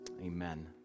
Amen